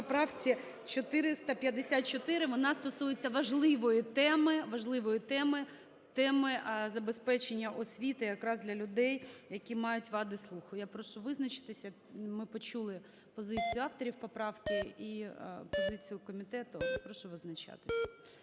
поправці 454. Вона стосується важливої теми, важливої теми – теми забезпечення освіти якраз для людей, які мають вади слуху. Я прошу визначитися. Ми почули позицію авторів поправки і позицію комітету. Прошу визначатись.